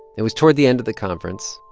it was toward the end of the conference.